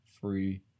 free